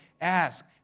ask